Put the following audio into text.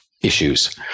issues